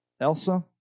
Elsa